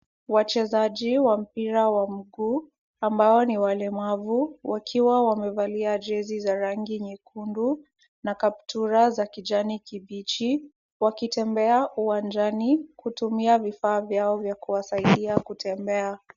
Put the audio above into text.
Wachezaji wa mpira wa mguu ambao ni walemavu wakiwa wamevalia jezi za rangi nyekundu na kaptura za kijani kibichi wakitembea uwanjani kutumia vifaa vyao vya kuwasaidia kutembea.